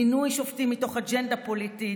מינוי שופטים מתוך אג'נדה פוליטית,